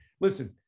listen